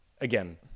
again